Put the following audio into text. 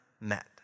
met